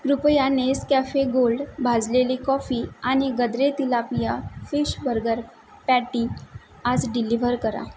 कृपया Nescafe gold भाजलेली coffee आणि Gadre tilapia fish burger patty आज डिलिव्हर करा